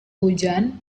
hujan